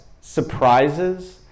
surprises